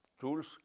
tools